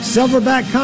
Silverback